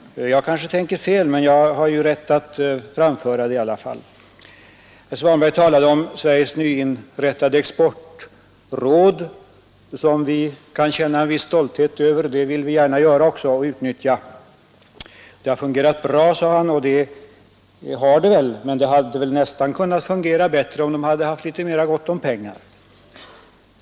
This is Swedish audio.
Jag kanske tänker fel, men jag har ju rätt att framföra det i alla fall. Herr Svanberg talade om Sveriges nyinrättade exportråd som vi kan känna en viss stolthet över — och det vill vi gärna göra, och vi vill också utnyttja det. Rådet har fungerat bra, sade herr Svanberg. Det är väl riktigt, men det hade väl kunnat fungera ännu bättre om man haft mer gott om pengar.